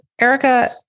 Erica